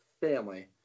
family